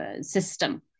system